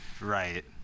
Right